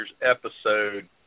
episode